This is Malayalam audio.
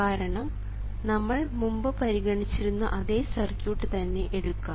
കാരണം നമ്മൾ മുമ്പ് പരിഗണിച്ചിരുന്ന അതേ സർക്യൂട്ട് തന്നെ എടുക്കാം